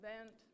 event